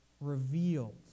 revealed